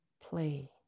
play